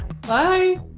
Bye